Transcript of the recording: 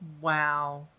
Wow